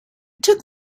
took